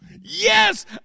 Yes